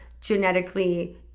genetically